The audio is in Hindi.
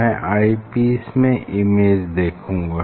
मैं आई पीस में इमेज देखूंगा